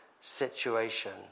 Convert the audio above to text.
situation